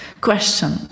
question